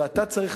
ואתה צריך,